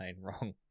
wrong